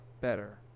better